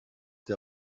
der